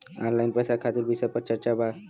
Online पैसा खातिर विषय पर चर्चा वा?